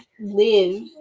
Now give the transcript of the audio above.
live